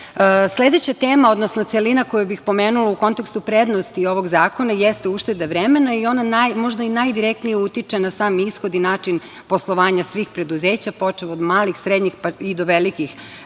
novac. Sledeća tema, odnosno celina koju bih pomenula u kontekstu prednosti ovog zakona jeste ušteda vremena i ona možda najdirektnije utiče na sam ishod i način poslovanja svih preduzeća, počev od malih, srednjih i do velikih